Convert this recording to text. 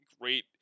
great